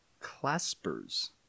claspers